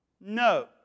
No